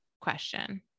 question